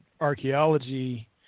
archaeology